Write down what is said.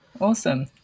Awesome